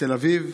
בתל אביב,